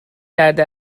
کرده